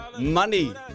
money